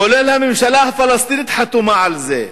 כולל הממשלה הפלסטינית, שחתומה על זה.